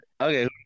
okay